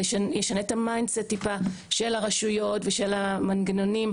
זה ישנה את המיינדסט טיפה של הרשויות ושל המנגנונים,